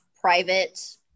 private